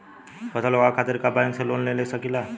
फसल उगावे खतिर का बैंक से हम लोन ले सकीला?